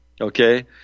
okay